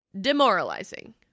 Demoralizing